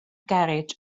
garej